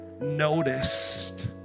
noticed